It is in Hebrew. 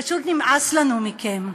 פשוט נמאס לנו מכם.